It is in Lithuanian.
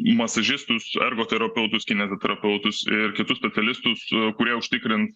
masažistus ergoterapeutus kineziterapeutus ir kitus specialistus kurie užtikrin